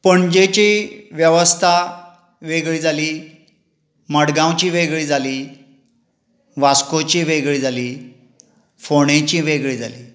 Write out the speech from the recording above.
पणजेची वेवस्था वेगळी जाली मडगांवची वेगळी जाली वास्कोची वेगळी जाली फोणेची वेगळी जाली